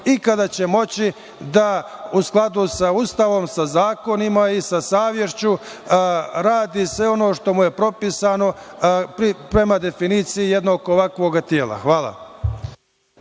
i kada će moći da u skladu sa Ustavom, sa zakonima i sa savešću radi sve ono što mu je propisano prema definiciji jednog ovakvog tela. Hvala.